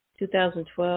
2012